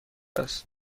است